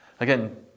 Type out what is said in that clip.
Again